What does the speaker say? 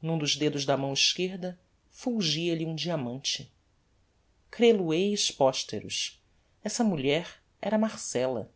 n'um dos dedos da mão esquerda fulgia lhe um diamante crel o heis posteros essa mulher era marcella